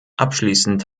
abschließend